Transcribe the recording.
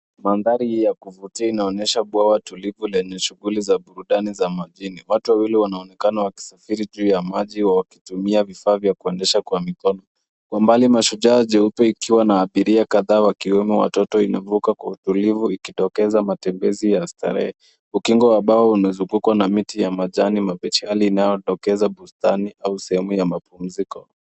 Mandhari hii ya kuvutia inaonyesha bwawa tulivu lenye shughuli za burudani za majini. Watu wawili wanaonekana wakisafiri juu ya maji au wakitumia vifaa vya kuendesha kwa mikono, Kwa mbali mashujaa jeupe ikiwa na abiria kadha wakiwomo watoto inavuka kwa utulivu ikidokeza matembezi ya starehe. Ukingo wa bwawa umezungukwa na miti ya majani mabichi, hali inayodokeza bustani au sehemu ya mapumziko.